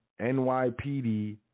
NYPD